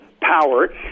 Power